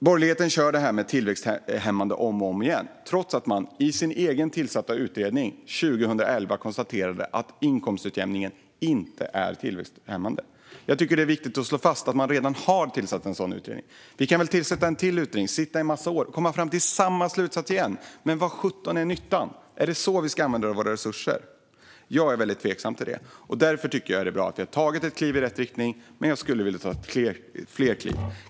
Borgerligheten tar om och om igen fram argumentet att utjämningen är tillväxthämmande, trots att man i sin egen tillsatta utredning 2011 konstaterade att inkomstutjämningen inte är tillväxthämmande. Det är viktigt att slå fast att man redan har tillsatt en sådan utredning. Vi kan tillsätta ytterligare en utredning som arbetar många år och som kommer fram till samma slutsats igen. Men vad sjutton är nyttan? Är det så vi ska använda våra resurser? Jag är tveksam till det. Därför tycker jag att det är bra att vi har tagit ett kliv i rätt riktning, men jag skulle vilja ta fler kliv.